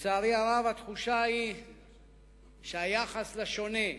לצערי הרב, התחושה היא שהיחס לשונה,